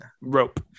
Rope